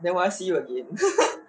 then will I see you again